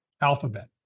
alphabet